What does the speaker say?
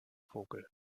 vogel